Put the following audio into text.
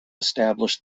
established